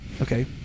Okay